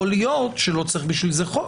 יכול להיות שלא צריך בשביל זה חוק.